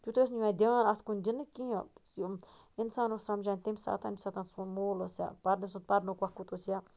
تیوٗتاہ اوس نہٕ یِوان دیان اَتھ کُن دِنہٕ کیٚنٛہہ یِم اِنسان اوس سمجان تَمہِ ساتن تمہِ ساتہٕ سون مول اوس پَتہٕ اوس پَرنُک وقت اوس یا